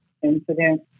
incident